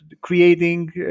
creating